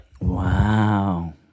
wow